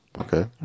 Okay